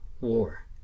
war